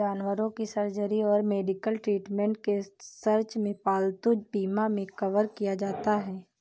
जानवरों की सर्जरी और मेडिकल ट्रीटमेंट के सर्च में पालतू बीमा मे कवर किया जाता है